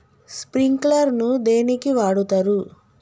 Sprinkler ను దేనికి వాడుతరు?